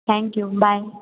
thank you bye